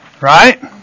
Right